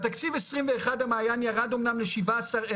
בתקציב 21 המעיין ירד אמנם ל17,000,